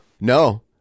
no